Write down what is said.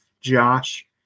Josh